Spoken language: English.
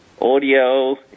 audio